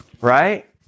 Right